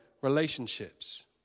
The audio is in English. relationships